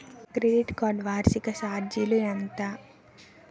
Credit card వార్షిక ఛార్జీలు ఎంత?